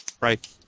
right